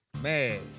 Man